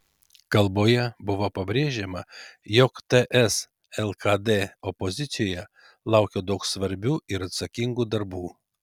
kalboje buvo pabrėžiama jog ts lkd opozicijoje laukia daug svarbių ir atsakingų darbų